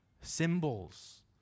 symbols